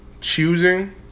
choosing